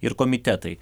ir komitetai